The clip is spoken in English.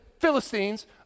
Philistines